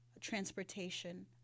transportation